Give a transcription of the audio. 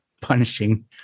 punishing